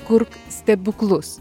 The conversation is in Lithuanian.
kurk stebuklus